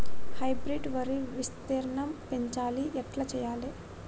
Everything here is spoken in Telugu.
హైబ్రిడ్ వరి విస్తీర్ణం పెంచాలి ఎట్ల చెయ్యాలి?